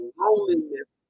loneliness